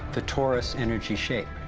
the torus energy shape.